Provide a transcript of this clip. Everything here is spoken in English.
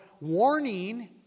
warning